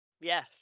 Yes